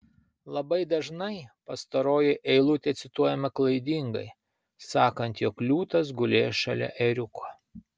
labai dažnai pastaroji eilutė cituojama klaidingai sakant jog liūtas gulės šalia ėriuko